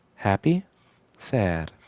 happy sad.